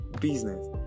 business